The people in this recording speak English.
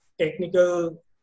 technical